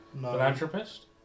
philanthropist